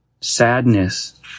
sadness